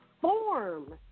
form